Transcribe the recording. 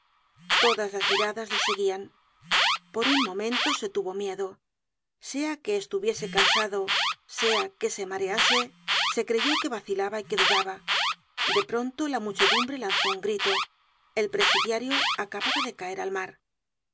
todas las miradas le seguían por un momento se tuvo miedo sea que estuviese cansado sea que se marease se creyó que vacilaba y que dudaba de pronto la muchedumbre lanzó un grito el presidiario acababa de caer al mar la